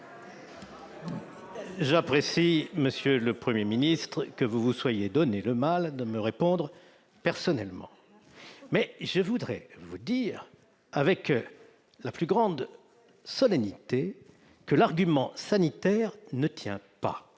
J'apprécie, monsieur le Premier ministre, que vous vous soyez donné la peine de me répondre personnellement. Toutefois, je voudrais vous dire, avec la plus grande solennité, que l'argument sanitaire ne tient pas.